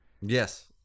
Yes